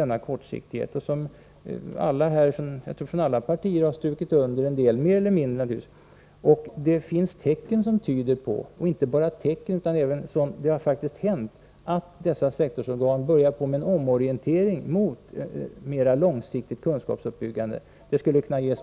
När det sedan till följd av denna kritik mot kortsiktigheten visar att sektorsorganen har börjat en omorientering mot mera långsiktigt kunskapsuppbyggande, då är detta enligt